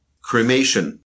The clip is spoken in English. cremation